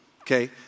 okay